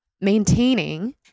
maintaining